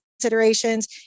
considerations